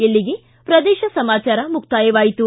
ಇಲ್ಲಿಗೆ ಪ್ರದೇಶ ಸಮಾಚಾರ ಮುಕ್ತಾಯವಾಯಿತು